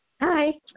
Hi